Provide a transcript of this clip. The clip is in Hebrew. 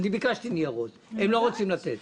ביקשתי ניירות, הם לא רוצים לתת.